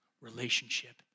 relationship